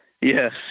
Yes